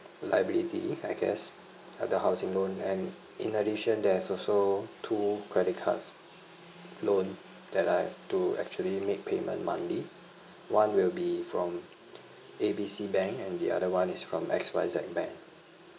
liability I guess uh the housing loan and in addition there's also two credit cards loan that I have to actually make payment monthly one will be from A B C bank and the other one is from X Y Z bank